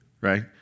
Right